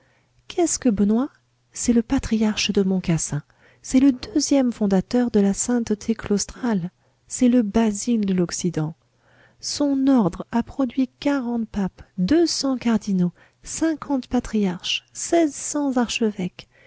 qu'est-ce que benoît c'est le patriarche de mont cassin c'est le deuxième fondateur de la sainteté claustrale c'est le basile de l'occident son ordre a produit quarante papes deux cents cardinaux cinquante patriarches seize cents archevêques